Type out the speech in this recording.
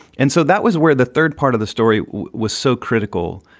and so that was where the third part of the story was so critical.